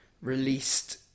released